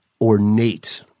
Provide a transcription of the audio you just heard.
ornate